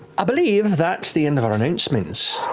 i believe that's the end of our announcements.